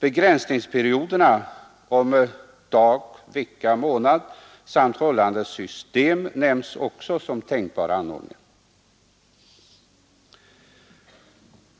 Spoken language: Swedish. Begränsningsperioder om dag, vecka, månad samt rullande system nämns som tänkbara anordningar.